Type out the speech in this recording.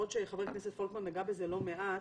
למרות שחבר הכנסת פולקמן נגע בזה לא מעט,